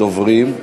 הדוברים.